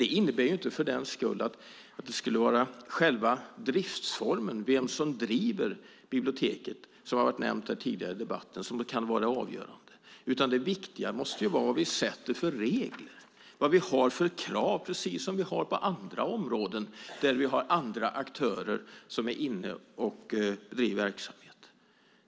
Det innebär för den skull inte att det skulle vara själva driftsformen, vem som driver biblioteket, som är det avgörande. Det har nämnts tidigare i debatten. Det viktiga måste vara vilka regler vi har och vilka krav vi ställer, precis som på andra områden där andra aktörer är inne och driver verksamhet.